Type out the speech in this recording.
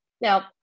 Now